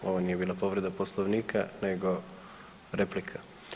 Ovo nije bila povreda Poslovnika nego replika.